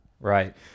Right